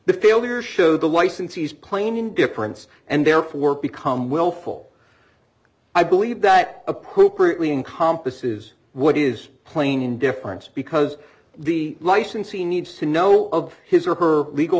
the failure showed the licensee's plain indifference and therefore become willful i believe that appropriately encompasses what is playing in difference because the licensee needs to know all of his or her legal